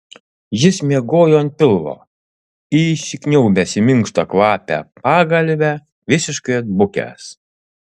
jis miegojo ant pilvo įsikniaubęs į minkštą kvapią pagalvę visiškai atbukęs